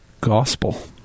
Gospel